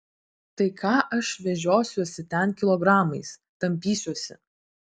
tai ką aš vežiosiuosi ten kilogramais tampysiuosi